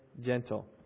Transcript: gentle